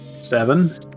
Seven